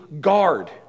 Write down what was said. guard